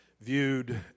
viewed